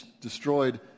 destroyed